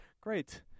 Great